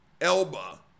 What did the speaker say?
Elba